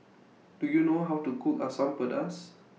Do YOU know How to Cook Asam Pedas